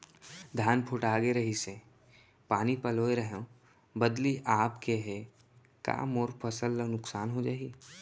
धान पोठागे रहीस, पानी पलोय रहेंव, बदली आप गे हे, का मोर फसल ल नुकसान हो जाही?